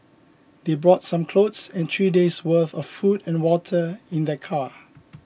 they brought some clothes and three days' worth of food and water in their car